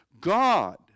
God